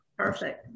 Perfect